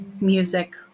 music